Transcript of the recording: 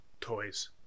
toys